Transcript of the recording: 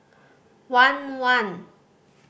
one one